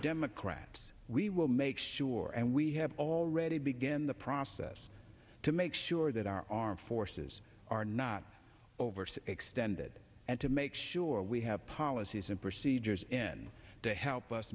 democrats we will make sure and we have already begin the process to make sure that our armed forces are not overseas extended and to make sure we have policies and procedures in to help us